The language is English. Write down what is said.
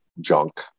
junk